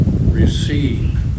Receive